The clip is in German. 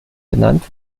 benannt